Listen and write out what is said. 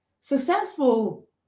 successful